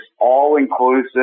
all-inclusive